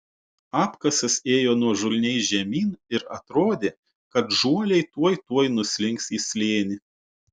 apkasas ėjo nuožulniai žemyn ir atrodė kad žuoliai tuoj tuoj nuslinks į slėnį